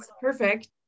perfect